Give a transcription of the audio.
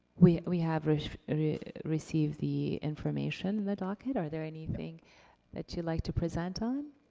we we have received received the information in the docket, are there anything that you'd like to present on?